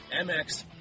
MX